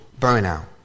burnout